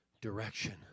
direction